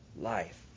life